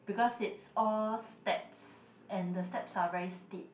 because it's all steps and the steps are very steep